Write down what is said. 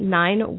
nine